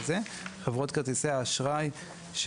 חברות כרטיסי אשראי,